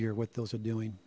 year what those are doing